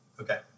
Okay